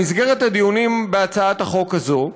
במסגרת הדיונים בהצעת החוק הזאת,